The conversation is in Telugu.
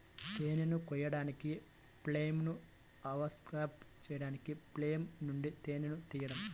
తేనెను కోయడానికి, ఫ్రేమ్లను అన్క్యాప్ చేయడానికి ఫ్రేమ్ల నుండి తేనెను తీయడం